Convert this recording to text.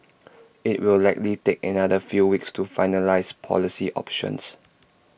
IT will likely take another few weeks to finalise policy options